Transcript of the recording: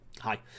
hi